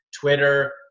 twitter